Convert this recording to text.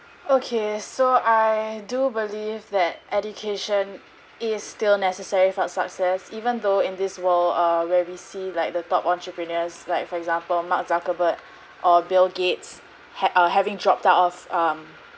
okay so I do believe that education is still necessary for success even though in this world uh where we see like the top entrepreneurs like for example mark zuckerberg or bill gates had uh having dropped out of um